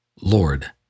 Lord